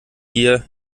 hier